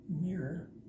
mirror